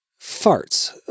Farts